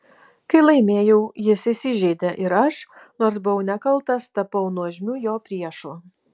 kai laimėjau jis įsižeidė ir aš nors buvau nekaltas tapau nuožmiu jo priešu